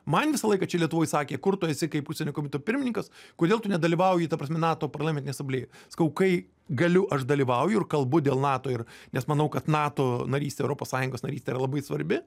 man visą laiką čia lietuvoj sakė kur tu esi kaip užsienio komiteto pirmininkas kodėl tu nedalyvauji ta prasme nato parlamentinėj asamblėjoj sakau kai galiu aš dalyvauju ir kalbu dėl nato ir nes manau kad nato narystė europos sąjungos narystė yra labai svarbi